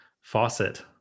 faucet